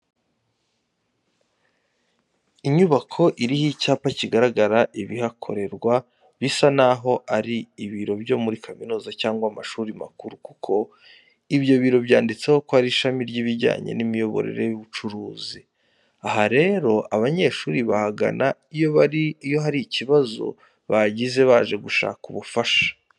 Inyubako iriho icyapa kigaragaza ibihakorerwa bisa naho ari ibiro byo muri kaminuza cyangwa amashuri makuru kuko ibyo biro byanditseho ko ari iby'ishami ry'ibijyanye n'imiyoborere y'ubucuruzi. Aha rero abanyeshuri bahagana iyo hari ikibazo bagize baje gushaka ubufasha.